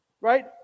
Right